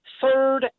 third